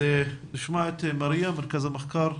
נשמע את מריה ממרכז המחקר,